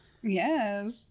Yes